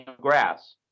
Grass